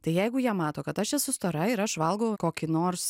tai jeigu jie mato kad aš esu stora ir aš valgau kokį nors